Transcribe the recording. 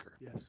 Yes